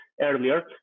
earlier